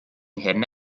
herne